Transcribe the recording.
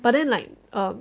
but then like um